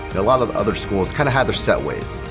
a lot of other schools kind of have their set ways.